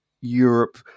Europe